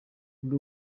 ndi